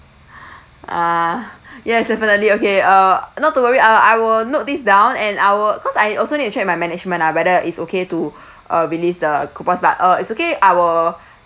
ah yes definitely okay uh not to worry I'll I will note this down and I will cause I also need to check with my management ah whether it's okay to uh release the coupons but uh it's okay I will